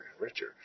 richer